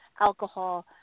alcohol